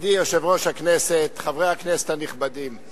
ידידי יושב-ראש הכנסת, חברי הכנסת הנכבדים,